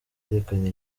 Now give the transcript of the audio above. yerekana